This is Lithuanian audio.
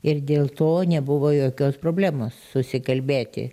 ir dėl to nebuvo jokios problemos susikalbėti